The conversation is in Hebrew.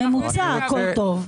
בממוצע הכל טוב.